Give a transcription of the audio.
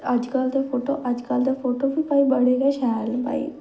अज्जकल दे फोटो अज्जकल दे फोटो बी बड़े गै शैल न भाई